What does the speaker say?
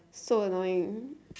so annoying